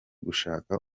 gushaka